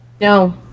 No